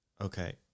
Okay